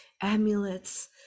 amulets